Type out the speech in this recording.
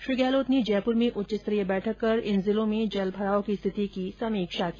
श्री गहलोत ने जयपुर में उच्च स्तरीय बैठक कर इन जिलों में जल भराव की स्थिति की समीक्षा की